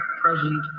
present